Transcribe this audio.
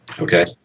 okay